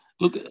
Look